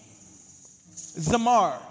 Zamar